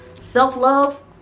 Self-love